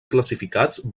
classificats